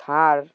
থার